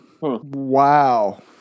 Wow